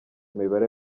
mibare